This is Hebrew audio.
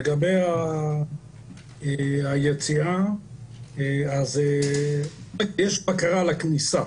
לגבי היציאה אז יש בקרה על הכניסה,